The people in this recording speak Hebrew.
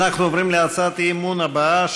אנחנו עוברים להצעת האי-אמון הבאה,